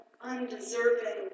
undeserving